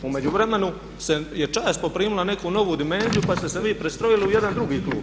U međuvremenu je čast poprimila neku novu dimenziju pa ste se vi prestrojili u jedan drugi klub.